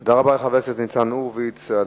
תודה רבה לחבר הכנסת ניצן הורוביץ על